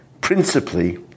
principally